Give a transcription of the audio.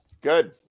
Good